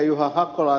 juha hakolaa